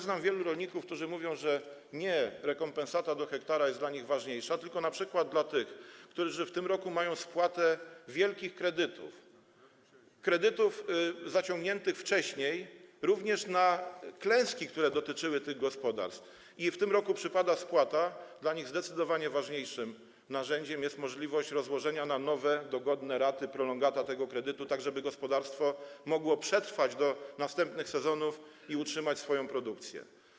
Znam wielu rolników, którzy mówią, że rekompensata do hektara jest dla nich ważniejsza, tylko np. dla tych, którzy w tym roku mają spłatę wielkich kredytów, kredytów zaciągniętych wcześniej, również na klęski, które dotyczyły tych gospodarstw, i w tym roku przypada ich spłata, zdecydowanie ważniejszym narzędziem jest możliwość rozłożenia na nowe, dogodne raty, prolongata tego kredytu, żeby gospodarstwo mogło przetrwać do następnych sezonów i utrzymać produkcję.